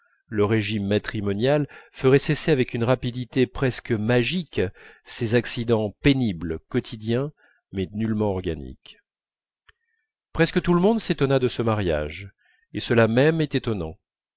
le régime matrimonial ferait cesser avec une rapidité presque magique ces accidents pénibles quotidiens mais nullement organiques presque tout le monde s'étonna de ce mariage et cela même est étonnant